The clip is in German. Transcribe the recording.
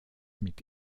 mit